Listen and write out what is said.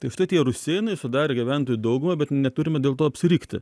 tai štai tie rusėnai sudarė gyventojų daugumą bet neturime dėl to apsirikti